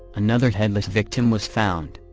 another headless victim was found.